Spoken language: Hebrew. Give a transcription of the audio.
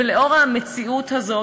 ולאור המציאות הזאת,